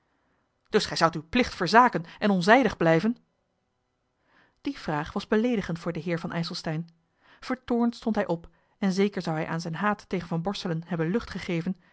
dus gij zoudt uw plicht verzaken en onzijdig blijven die vraag was beleedigend voor den heer van ijselstein vertoornd stond hij op en zeker zou hij aan zijn haat tegen van borselen hebben lucht gegeven